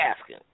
asking